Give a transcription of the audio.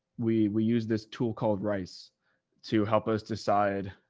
we, we use this tool called rice to help us decide.